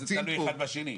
זה תלוי אחד בשני.